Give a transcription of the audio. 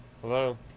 Hello